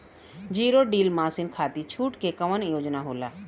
Zero till machine खाती छूट के कवन योजना होला?